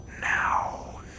Now